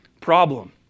problem